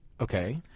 Okay